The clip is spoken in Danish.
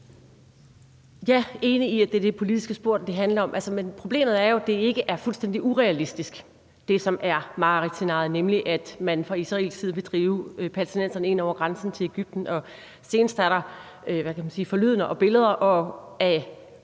Jeg er enig i, at det er det politiske spor, det handler om, men problemet er jo, at mareridtsscenariet ikke er fuldstændig urealistisk, altså at man fra israelsk side vil drive palæstinenserne ind over grænsen til Egypten. Senest har der været forlydender om og billeder af